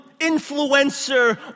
influencer